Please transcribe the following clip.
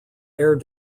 air